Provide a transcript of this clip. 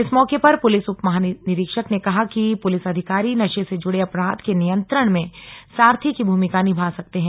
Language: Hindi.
इस मौके पर पुलिस उपमहानिरीक्षक ने कहा कि पुलिस अधिकारी नशे से जुड़े अपराध के नियंत्रण में सारथी की भूमिका निभा सकते हैं